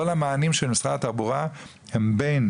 כל המענים של משרד התחבורה הם בין